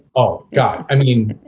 oh, god. i mean,